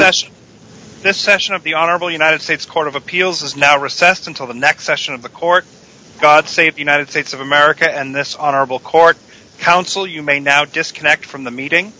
rush this session of the honorable united states court of appeals is now recessed until the next session of the court god save the united states of america and this honorable court counsel you may now disconnect from the meeting